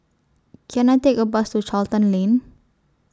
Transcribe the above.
Can I Take A Bus to Charlton Lane